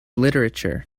literature